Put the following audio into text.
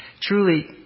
Truly